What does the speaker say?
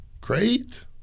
Great